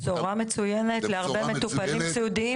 זו בשורה מצוינת להרבה מטופלים סיעודיים